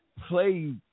play